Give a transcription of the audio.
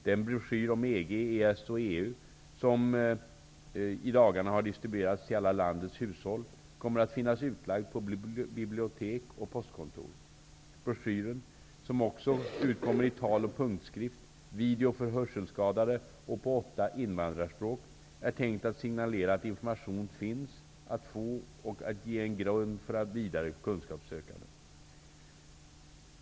Den broschyr om EG, EES och EU som i dagarna har distribuerats till alla landets hushåll kommer att finnas utlagd på bibliotek och postkontor. Broschyren, som också utkommer i punktskrift och som taltidning, som video för hörselskadade och på åtta invandrarspråk, är tänkt att signalera att information finns att få och att ge en grund för vidare kunskapssökande.